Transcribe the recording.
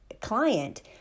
client